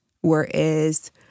whereas